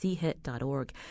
CHIT.org